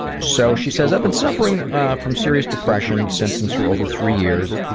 so she says i've been suffering from serious depression symptoms for over three years